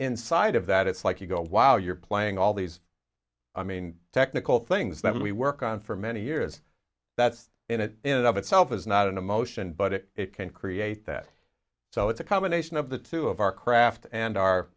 inside of that it's like you go wow you're playing all these i mean technical things that we work on for many years that's it in and of itself is not an emotion but it it can create that so it's a combination of the two of our craft and our